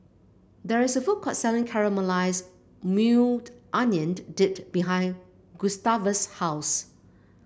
there is a food court selling Caramelized Maui Onion Dip behind Gustavus' house